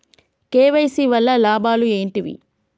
KYC వల్ల లాభాలు ఏంటివి?